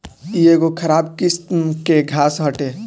इ एगो खराब किस्म के घास हटे